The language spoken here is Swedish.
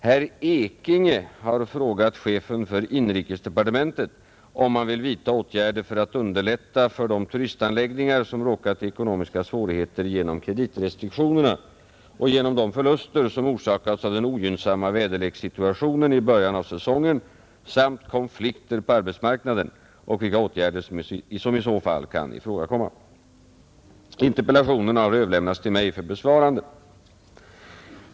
Herr Ekinge har frågat chefen för inrikesdepartementet om han vill vidtaga åtgärder för att underlätta för de turistanläggningar som råkat i ekonomiska svårigheter genom kreditrestriktionerna och genom de förluster som orsakats av den ogynnsamma väderlekssituationen i början av säsongen samt konflikter på arbetsmarknaden, och vilka åtgärder som i så fall kan ifrågakomma. Interpellationerna har överlämnats till mig för besvarande.